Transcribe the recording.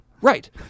Right